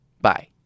Bye